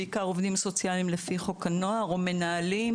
בעיקר עובדים סוציאליים לפי חוק הנוער או מנהלים.